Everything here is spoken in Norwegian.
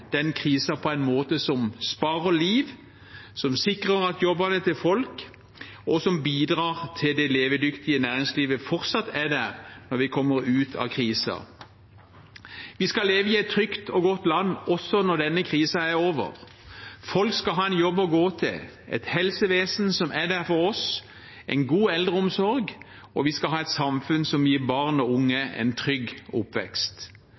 på en måte som sparer liv, som sikrer jobbene til folk, og som bidrar til at det levedyktige næringslivet fortsatt er der når vi kommer ut av krisen. Vi skal leve i et trygt og godt land også når denne krisen er over. Folk skal ha en jobb å gå til, et helsevesen som er der for oss, en god eldreomsorg, og vi skal ha et samfunn som gir barn og unge en trygg oppvekst.